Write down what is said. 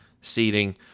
seating